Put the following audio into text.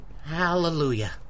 Hallelujah